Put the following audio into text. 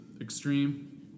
Extreme